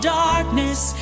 darkness